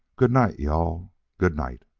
good night, you-all good night.